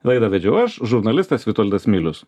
laidą vedžiau aš žurnalistas vitoldas milius